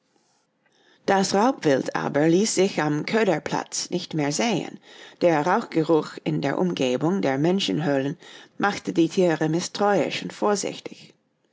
das raubwild aber ließ sich am köderplatz nicht mehr sehen der rauchgeruch in der umgebung der menschenhöhlen machte die tiere mißtrauisch und vorsichtig